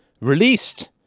released